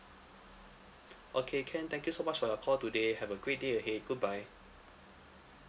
okay can thank you so much for your call today have a great day ahead goodbye